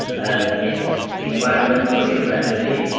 and is environmentally friendly.